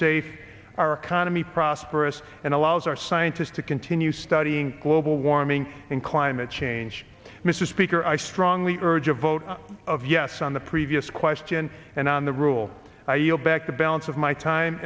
safe our economy prosperous and allows our scientists to continue studying global warming and climate change mr speaker i strongly urge a vote of yes on the previous question and on the rule i yield back the balance of my time